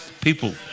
people